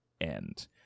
end